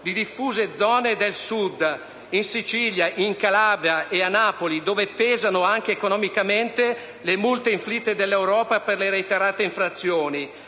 di diffuse zone del Sud (in Sicilia, in Calabria e a Napoli, dove pesano anche economicamente le multe inflitte dall'Europa per le reiterate infrazioni),